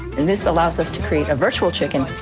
and this allows us to create a virtual chicken